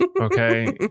okay